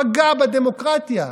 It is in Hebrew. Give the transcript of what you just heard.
פגע בדמוקרטיה.